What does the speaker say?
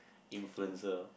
influencer